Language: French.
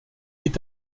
est